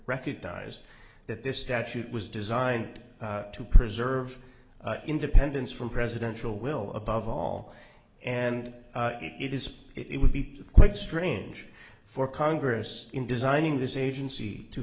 recognized that this statute was designed to preserve independence from presidential will above all and it is it would be quite strange for congress in designing this agency to